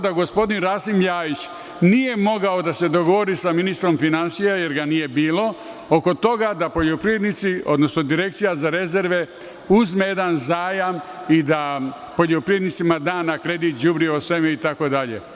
Gospodin Rasim Ljajić nije mogao da se dogovori sa ministrom finansija, jer ga nije bilo, oko toga da poljoprivrednici, odnosno Direkcija za rezerve uzme jedan zajam i da poljoprivrednicima da na kredit đubrivo, seme itd.